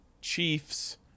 Chiefs